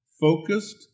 focused